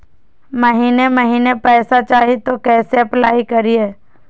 महीने महीने पैसा चाही, तो कैसे अप्लाई करिए?